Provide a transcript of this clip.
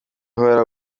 uhora